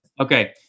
Okay